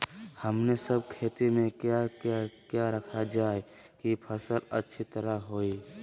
हमने सब खेती में क्या क्या किया रखा जाए की फसल अच्छी तरह होई?